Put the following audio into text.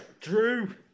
Drew